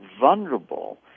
vulnerable